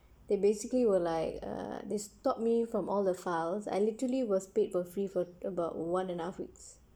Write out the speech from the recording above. they basically were like err they stopped me from all the files I literally was paid for free for about one and a half weeks